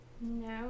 no